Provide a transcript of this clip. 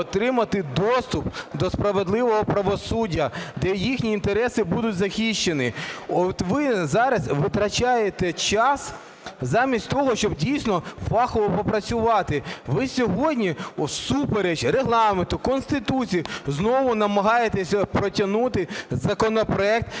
доступ до справедливого правосуддя, де їхні інтереси будуть захищені? От ви зараз витрачаєте час, замість того щоб дійсно фахово попрацювати. Ви сьогодні всупереч Регламенту, Конституції знову намагаєтеся протягнути законопроект,